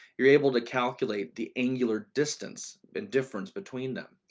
you're able to calculate the angular distance and difference between them.